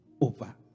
over